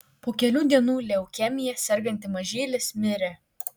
po kelių dienų leukemija serganti mažylis mirė